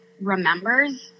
remembers